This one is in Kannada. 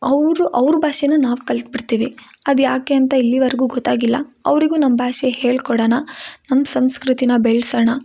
ಅವರು ಅವ್ರ ಭಾಷೆನ ನಾವು ಕಲ್ತು ಬಿಡ್ತೀವಿ ಅದು ಯಾಕೆ ಅಂತ ಇಲ್ಲಿವರೆಗೂ ಗೊತ್ತಾಗಿಲ್ಲ ಅವರಿಗು ನಮ್ಮ ಭಾಷೆ ಹೇಳ್ಕೊಡೋಣ ನಮ್ಮ ಸಂಸ್ಕೃತಿನ ಬೆಳೆಸೋಣ